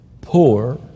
poor